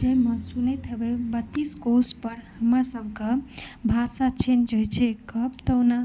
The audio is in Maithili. जाहिमे सुनैत हेबै बत्तीस कोशपर हमर सभके भाषा चेन्ज होइत छै कहब तऽ ओना